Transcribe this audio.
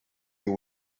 you